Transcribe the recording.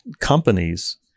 companies